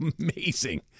amazing